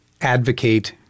advocate